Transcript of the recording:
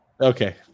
okay